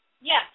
Yes